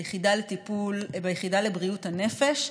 ביחידה לבריאות הנפש.